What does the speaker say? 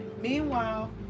Meanwhile